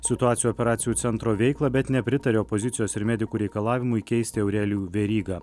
situacijų operacijų centro veiklą bet nepritaria opozicijos ir medikų reikalavimui keisti aurelijų verygą